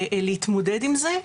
להתמודד עם זה,